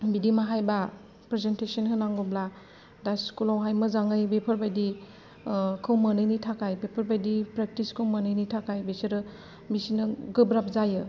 बिदि माहायबा प्रेसेनटसन होनांगौब्ला दा स्कुलआव मोजाङै बेफोरबादिखौ मोनैनि थाखाय बेफोरबायदि प्रेक्टिसखौ मोनैनि थाखाय बिसिनो गोब्राब जायो